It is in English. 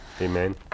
Amen